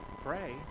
Pray